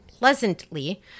pleasantly